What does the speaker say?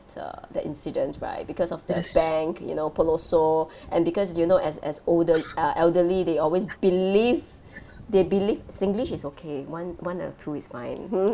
uh that incident right because of that bank you know and because you know as as older uh elderly they always believe they believe singlish is okay one one or two is fine hmm